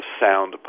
sound